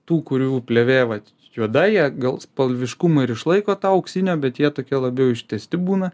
tų kurių plėvė vat juoda jie gal spalviškumą ir išlaiko tą auksinio bet jie tokie labiau ištęsti būna